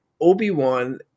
Obi-Wan